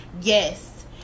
yes